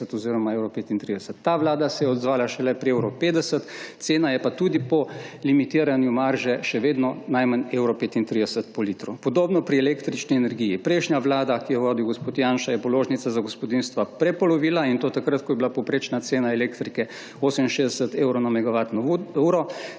oziroma 1,35. Ta vlada se je odzvala šele pri 1,50, cena je pa tudi po limitiranju marže še vedno najmanj 1,35 po litru. Podobno je pri električni energiji. Prejšnja vlada, ki jo je vodil gospod Janša, je položnice za gospodinjstva prepolovila, in to takrat, ko je bila povprečna cena elektrike 68 evrov na megavatno uro,